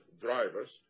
drivers